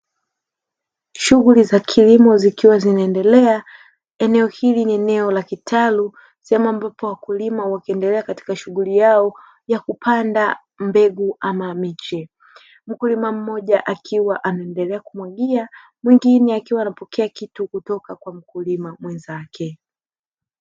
Shughuli za kilimo zikiwa zinaendelea, eneo hili ni eneo la kitalu sehemu ambapo wakulima wakiendelea katika shughuli yao ya kupanda mbegu ama miche. Mkulima mmoja akiwa anaendelea kumwagia mwingine akiwa akipokea kitu kutoka kwa mkulima mwenzake.